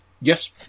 Yes